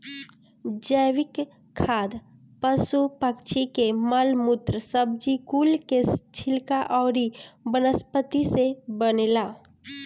जैविक खाद पशु पक्षी के मल मूत्र, सब्जी कुल के छिलका अउरी वनस्पति से बनेला